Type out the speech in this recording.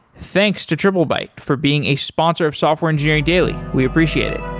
thanks to triplebyte for being a sponsor of software engineering daily. we appreciate it